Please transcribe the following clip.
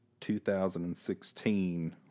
2016